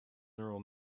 neural